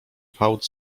fałd